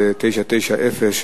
990,